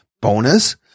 bonus